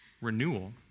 renewal